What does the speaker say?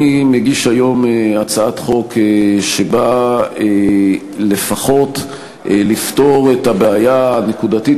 אני מגיש היום הצעת חוק שבאה לפחות לפתור את הבעיה הנקודתית,